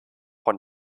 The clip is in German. von